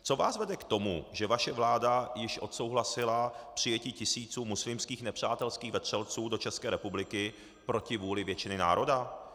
Co vás vede k tomu, že vaše vláda již odsouhlasila přijetí tisíců muslimských nepřátelských vetřelců do České republiky proti vůli většiny národa?